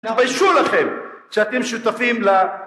תתביישו לכם! שאתם שותפים ל...